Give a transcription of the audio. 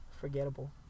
forgettable